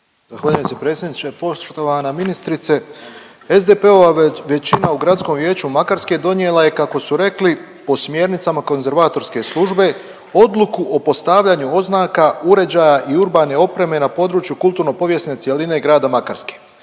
Zahvaljujem se predsjedniče. Poštovana ministrice, SDP-ova većina u Gradskom vijeću Makarske donijela je, kako su rekli po smjernicama konzervatorske službe, odluku o postavljanju oznaka, uređaja i urbane opreme na području kulturno povijesne cjeline grada Makarske.